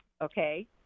okay